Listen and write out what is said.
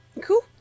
Cool